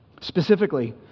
specifically